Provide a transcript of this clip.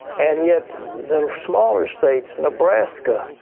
and yet the smaller states, nebraska,